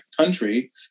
country